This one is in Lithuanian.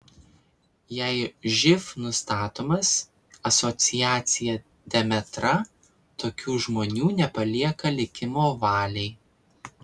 jei živ nustatomas asociacija demetra tokių žmonių nepalieka likimo valiai